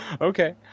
Okay